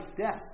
death